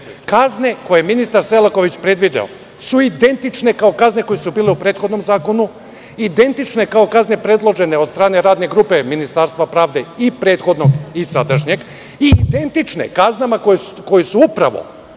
Kazne koje je ministar Selaković predvideo su identične kao kazne koje su bile u prethodnom zakonu, identične kao kazne predložene od strane radne grupe Ministarstva pravde i prethodnog i sadašnjeg i identične kaznama koje su upravo